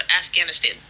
afghanistan